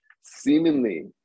seemingly